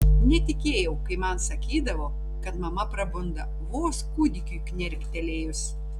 netikėjau kai man sakydavo kad mama prabunda vos kūdikiui knerktelėjus